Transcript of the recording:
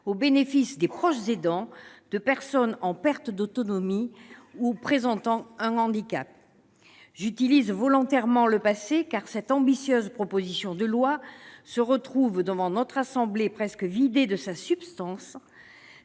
au bénéfice des proches aidants de personnes en perte d'autonomie ou présentant un handicap. J'utilise volontairement le passé, car cette ambitieuse proposition de loi se retrouve devant notre assemblée presque vidée de sa substance,